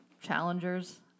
challengers